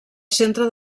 centre